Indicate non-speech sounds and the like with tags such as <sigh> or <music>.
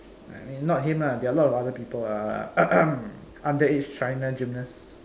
I mean not him lah there are a lot of other people uh <noise> underage China gymnasts